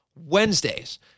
Wednesdays